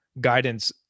guidance